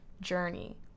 journey